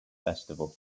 festival